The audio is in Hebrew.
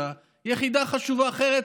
יחידה חשובה אחרת,